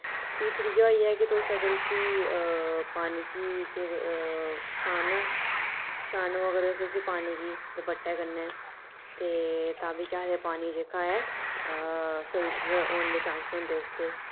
फ्ही त्रीया होइया कि तुस अगर उस्सी पानी गी केह् छानो छानो अगर तुस उस्सी पानी गी दपट्टे कन्नै ते तां बी केह् आखदे पानी जेह्का ऐ फिल्टर होन दे चान्स होंदे उसदे